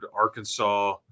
Arkansas